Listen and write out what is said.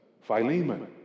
Philemon